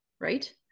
right